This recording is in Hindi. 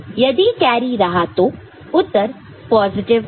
यदि कैरी रहा तो उत्तर पॉजिटिव होगा